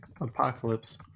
apocalypse